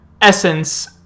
essence